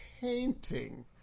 painting